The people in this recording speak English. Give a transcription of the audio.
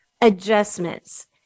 adjustments